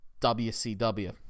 WCW